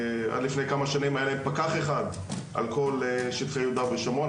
עד לפני כמה שנים היה להם פקח אחד על כל שטחי יהודה ושומרון,